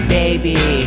baby